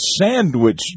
Sandwich